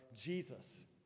Jesus